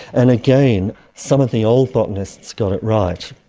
and again, some of the old botanists got it right.